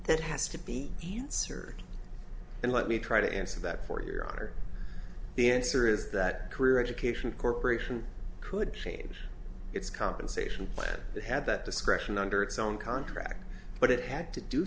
that has to be answered and let me try to answer that for your honor the answer is that career education corp could change its compensation plan that had that discretion under its own contract but it had to do